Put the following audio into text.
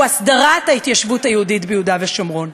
הסדרת ההתיישבות היהודית ביהודה ושומרון.